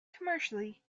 commercially